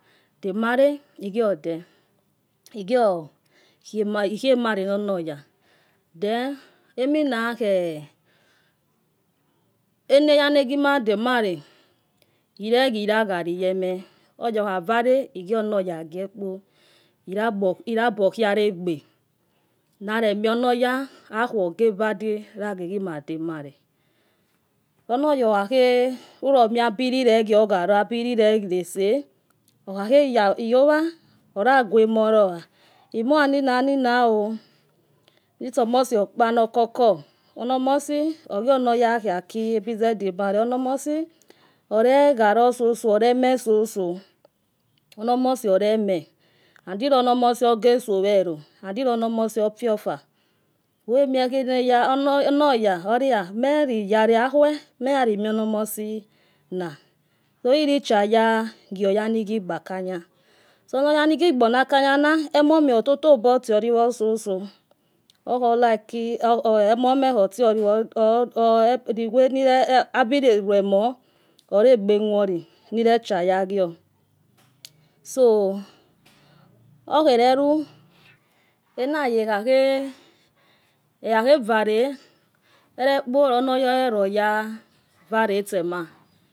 Egwuode-ikwo, male nonoya. then eminakhe enayana gul made. emale-iuguila yaligeme oya okhauare. igionoya guokpo irabokhia ka ogbe. nare mou õnoya ikhao ouaro yaage guima. domale. onoya okhamus abilitegoi khalo. abililegiolesa. ukwakho yowo oya gua amor lo that amo anina niona. itso omos. Okpo no kukus ogio. oya khielu aki obize. demalo. olekualo soso, olemososo. ono. tmosi oleme. llubo omosi. ogesowelo ilo. õno. omosi okuio ofa. okuemuo ono. oya olimilayale akuwe mekmion ono, omosina oloucua aga gii oya nighi kpakanga. so ono oya night bono. akanyana amome. ototobo tioliuo soso. okuo like, abililuemo ore egbe muoru. nireouaya gwoa, so okuorola anaya ekuhakhe ware elekpo loreruo oya uara itsema.